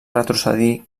retrocedir